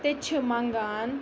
تَتہِ چھِ مَنٛگان